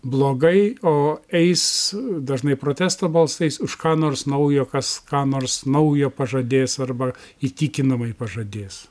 blogai o eis dažnai protesto balsais už ką nors naujo kas ką nors naujo pažadės arba įtikinamai pažadės